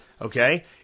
Okay